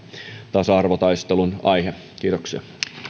tasa arvotaistelun aihe kiitoksia